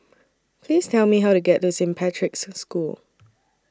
Please Tell Me How to get to Saint Patrick's School